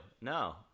no